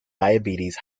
diabetes